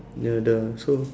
ya dah so